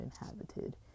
inhabited